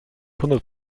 hundert